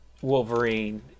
wolverine